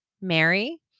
mary